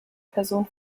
person